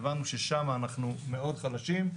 הבנו ששם אנחנו מאוד חלשים.